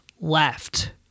left